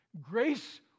Grace